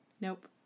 Nope